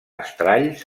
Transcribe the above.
estralls